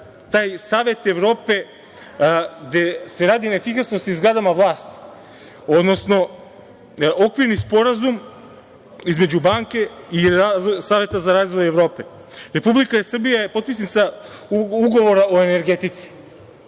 taj Savet Evrope gde se radi na efikasnosti, odnosno Okvirni sporazum između banke i Saveta za razvoj Evrope, Republika Srbija je potpisnica Ugovora o energetici,